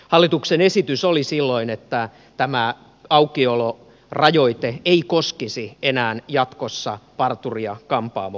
hallituksen esitys oli silloin että tämä aukiolorajoite ei koskisi enää jatkossa parturi ja kampaamoalaa